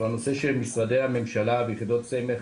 בנושא של משרדי הממשלה ויחידות סמך.